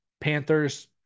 Panthers